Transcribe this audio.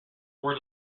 word